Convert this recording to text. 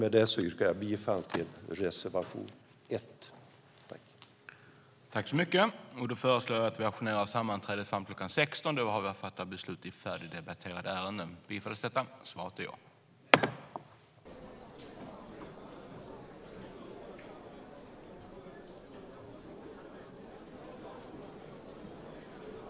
Med detta yrkar jag bifall till reservation 1.